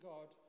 God